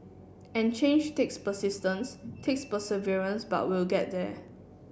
and change takes persistence takes perseverance but we'll get there